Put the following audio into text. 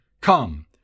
come